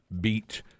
beat